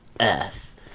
Earth